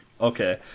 Okay